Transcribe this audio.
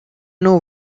know